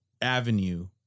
avenue